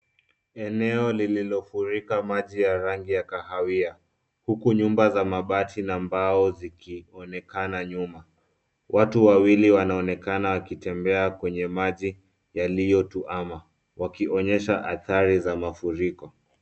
Eneo lililofurika maji ya rangi ya kahawia ,huku nyumba za mabati na mbao zikionekana nyuma. Watu wawili wanaonekana wakitembea kwenye maji yaliyo tuama wakionyesha athari za mafuriko.